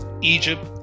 Egypt